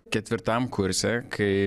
ketvirtam kurse kai